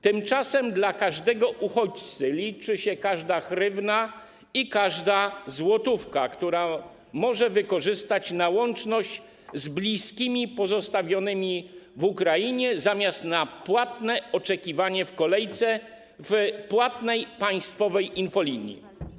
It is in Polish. Tymczasem dla każdego uchodźcy liczy się każda hrywna i każda złotówka, którą może wykorzystać na łączność z bliskimi pozostawionymi w Ukrainie, zamiast na płatne oczekiwanie w kolejce w płatnej państwowej infolinii.